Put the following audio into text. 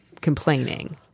complaining